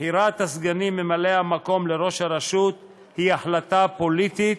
בחירת הסגנים ממלאי-המקום לראש הרשות היא החלטה פוליטית,